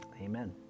amen